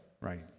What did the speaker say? Right